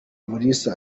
mulisa